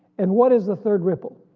and what is the third ripple?